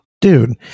dude